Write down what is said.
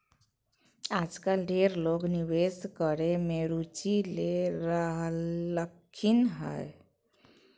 आजकल ढेर लोग निवेश करे मे रुचि ले रहलखिन हें